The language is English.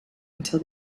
until